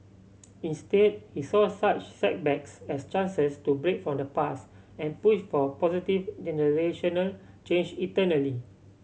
instead he saw such setbacks as chances to break from the past and push for positive generational change internally